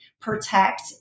protect